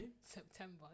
September